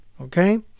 Okay